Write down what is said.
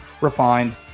refined